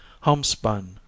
Homespun